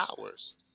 hours